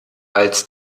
als